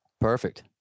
Perfect